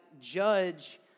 judge